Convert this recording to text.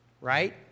Right